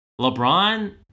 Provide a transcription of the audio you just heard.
LeBron